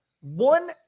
One